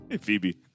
Phoebe